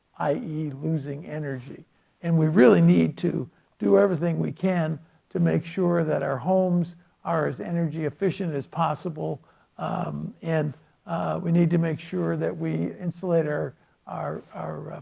i e. losing energy and we really need to do everything we can to make sure that our homes are as energy efficient as possible um and we need to make sure that we insulate our